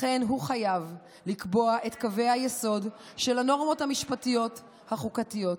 לכן הוא חייב לקבוע את קווי היסוד של הנורמות המשפטיות החוקתיות.